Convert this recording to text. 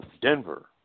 Denver –